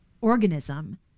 organism